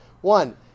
One